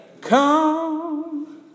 Come